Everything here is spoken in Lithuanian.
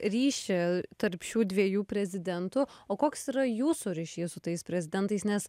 ryšį tarp šių dviejų prezidentų o koks yra jūsų ryšys su tais prezidentais nes